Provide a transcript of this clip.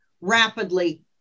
rapidly